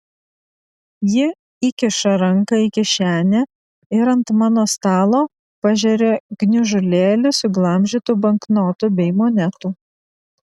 ji įkiša ranką į kišenę ir ant mano stalo pažeria gniužulėlį suglamžytų banknotų bei monetų